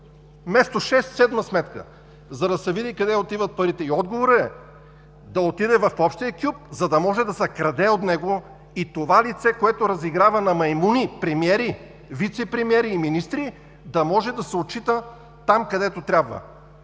шест, седма сметка, за да се види къде отиват парите? И отговорът е: да отиде в общия кюп, за да може да се краде от него и това лице, което разиграва на маймуни премиери, вицепремиери и министри, да може да се отчита там, където трябва.